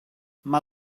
mae